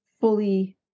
fully